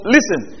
Listen